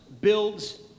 builds